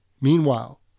Meanwhile